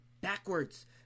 backwards